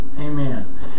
Amen